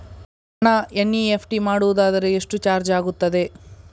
ಹಣ ಎನ್.ಇ.ಎಫ್.ಟಿ ಮಾಡುವುದಾದರೆ ಎಷ್ಟು ಚಾರ್ಜ್ ಆಗುತ್ತದೆ?